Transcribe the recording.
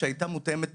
שהיתה מותאמת בזמנו,